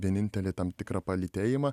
vienintelį tam tikrą palytėjimą